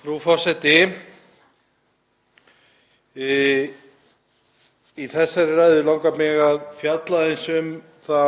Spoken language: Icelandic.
Frú forseti. Í þessari ræðu langar mig að fjalla aðeins um þá